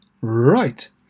right